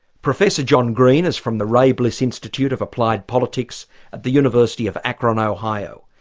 professor john green is from the ray bliss institute of applied politics at the university of akron, ohio.